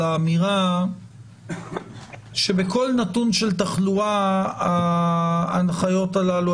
האמירה שבכל נתון של תחלואה ההנחיות הללו,